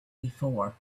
before